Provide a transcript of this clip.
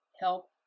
help